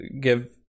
give